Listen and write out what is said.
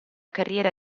carriera